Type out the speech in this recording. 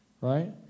right